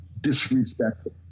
disrespectful